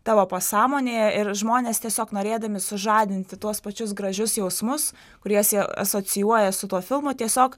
tavo pasąmonėje ir žmonės tiesiog norėdami sužadinti tuos pačius gražius jausmus kuriuos jie asocijuoja su tuo filmu tiesiog